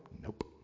Nope